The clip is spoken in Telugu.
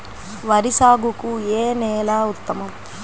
వరి సాగుకు ఏ నేల ఉత్తమం?